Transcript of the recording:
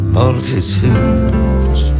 multitudes